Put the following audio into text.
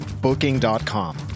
Booking.com